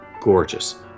Gorgeous